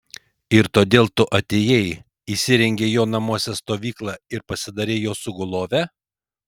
ir todėl tu atėjai įsirengei jo namuose stovyklą ir pasidarei jo sugulove